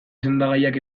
sendagaiak